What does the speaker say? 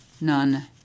None